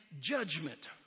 judgment